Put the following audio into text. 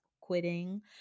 quitting